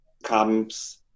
comes